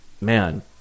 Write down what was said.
Man